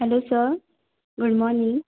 hello sir good morning